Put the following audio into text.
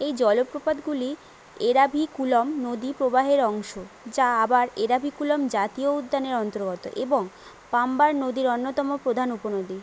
এই জলপ্রপাতগুলি এরাভিকুলম নদী প্রবাহের অংশ যা আবার এরাভিকুলম জাতীয় উদ্যানের অন্তর্গত এবং পাম্বার নদীর অন্যতম প্রধান উপনদী